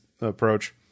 approach